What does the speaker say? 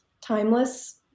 timeless